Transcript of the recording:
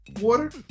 Water